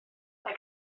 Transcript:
mae